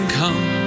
come